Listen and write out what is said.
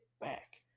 back